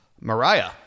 Mariah